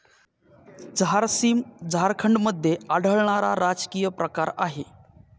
झारसीम झारखंडमध्ये आढळणारा राजकीय प्रकार आहे